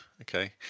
Okay